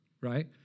right